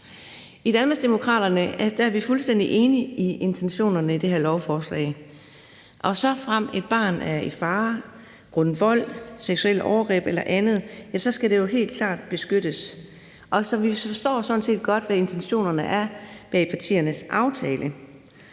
I Danmarksdemokraterne er vi fuldstændig enige i intentionerne i det her lovforslag, og såfremt et barn er i fare grundet vold, seksuelle overgreb eller andet, skal det jo helt klart beskyttes. Så vi forstår sådan set godt, hvad intentionerne er bag partiernes aftale.